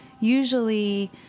usually